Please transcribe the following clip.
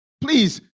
please